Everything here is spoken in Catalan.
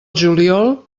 juliol